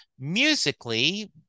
Musically